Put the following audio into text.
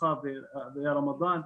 באל-אדחא והרמדאן,